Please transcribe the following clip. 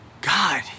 God